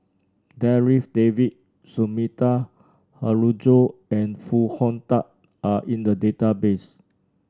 Darryl David Sumida Haruzo and Foo Hong Tatt are in the database